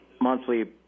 monthly